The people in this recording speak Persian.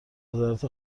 وزارت